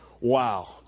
wow